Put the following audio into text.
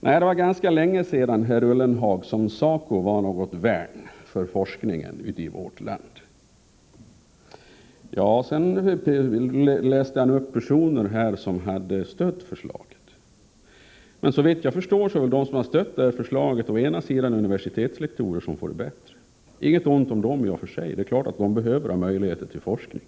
Nej, det var länge sedan, herr Ullenhag, som SACO var något värn för forskningen i vårt land. Vidare räknade Jörgen Ullenhag upp personer som hade stött förslaget. Men såvitt jag förstår är det personer som stött detta å ena sidan universitetslektorer, som får det bättre. Jag säger i och för sig inget ont om dem. Självfallet behöver de ha bättre möjligheter till forskning.